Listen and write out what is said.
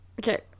Okay